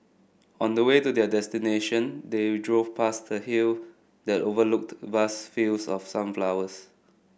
on the way to their destination they drove past the hill that overlooked vast fields of sunflowers